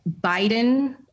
Biden